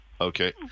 Okay